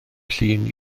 llun